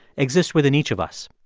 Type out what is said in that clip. exists within each of us.